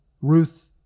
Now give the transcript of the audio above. Ruth